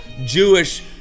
Jewish